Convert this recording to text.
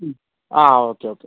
ആ okay okay